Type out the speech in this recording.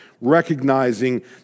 recognizing